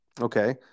Okay